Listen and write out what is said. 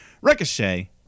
Ricochet